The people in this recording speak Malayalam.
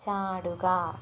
ചാടുക